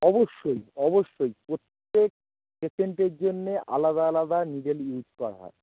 অবশ্যই অবশ্যই প্রত্যেক পেশেন্টের জন্যে আলাদা আলাদা নিডেল ইউস করা হয়